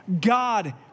God